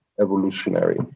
evolutionary